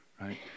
right